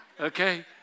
Okay